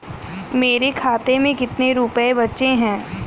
मेरे खाते में कितने रुपये बचे हैं?